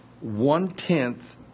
one-tenth